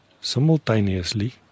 simultaneously